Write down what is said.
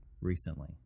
recently